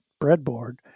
breadboard